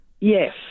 Yes